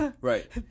Right